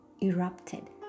erupted